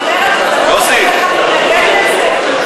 בואי לפה.